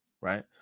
right